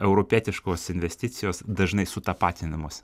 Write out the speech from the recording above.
europietiškos investicijos dažnai sutapatinamos